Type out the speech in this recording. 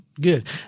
Good